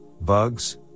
bugs